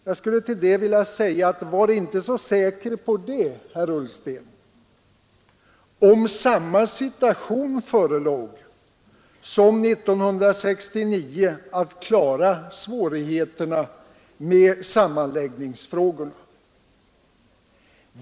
Jag skulle till det vilja säga: Var inte så säker på det, herr Ullsten, om samma situation förelåg som 1969 med svårigheter att klara sammanläggningsfrågorna.